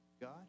God